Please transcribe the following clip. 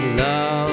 love